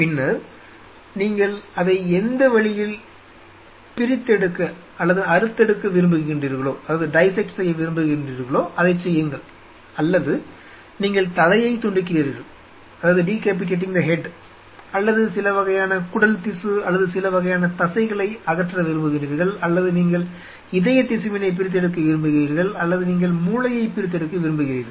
பின்னர் நீங்கள் அதை எந்த வழியில் பிரிக்க விரும்புகிறீர்களோ அதைச் செய்யுங்கள் அல்லது நீங்கள் தலையை துண்டிக்கிறீர்கள் அல்லது சில வகையான குடல் திசு அல்லது சில வகையான தசைகளை அகற்ற விரும்புகிறீர்கள் அல்லது நீங்கள் இதய திசுவினைப் பிரித்தெடுக்க விரும்புகிறீர்கள் அல்லது நீங்கள் மூளையைப் பிரித்தெடுக்க விரும்பிகிறீர்கள்